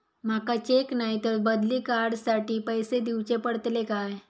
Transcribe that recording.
माका चेक नाय तर बदली कार्ड साठी पैसे दीवचे पडतले काय?